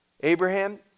Abraham